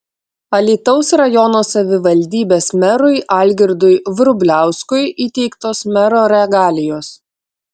alytaus rajono savivaldybės merui algirdui vrubliauskui įteiktos mero regalijos